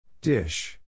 Dish